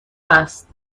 است